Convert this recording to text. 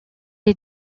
est